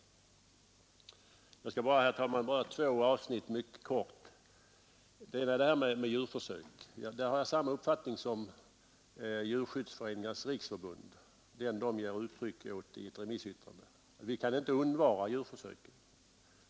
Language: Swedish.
Jag skall bara mycket kort beröra två avsnitt. Det ena gäller djurförsöken. Där har jag samma uppfattning som den Djurskyddsföreningarnas riksförbund ger uttryck åt i ett remissyttrande. Vi kan inte undvara djurförsöken.